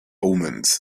omens